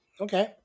Okay